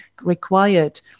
required